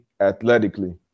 athletically